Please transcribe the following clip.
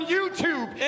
YouTube